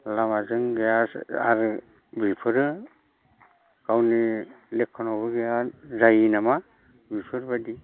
लामाजों गैया आरो बिफोरो गावनि लेखनावबो गैया जायो नामा बिफोरबायदि